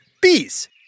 Bees